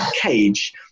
cage